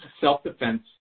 self-defense